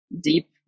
deep